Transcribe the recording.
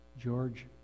George